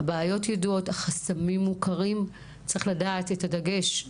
הבעיות ידועות, החסמים מוכרים, צריך לדעת את הדגש,